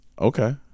Okay